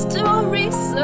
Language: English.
Stories